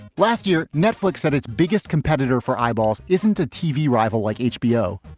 last year, netflix had its biggest competitor for eyeballs. isn't a tv rival like hbo,